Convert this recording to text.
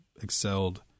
excelled